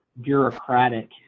bureaucratic